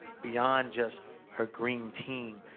beyond just her green team,